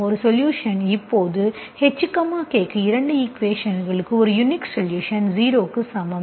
ஒரு சொலுஷன் எப்போது இந்த h k க்கு 2 ஈக்குவேஷன்ஸ்களுக்கு ஒரு யுனிக் சொலுஷன் 0 க்கு சமம்